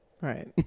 Right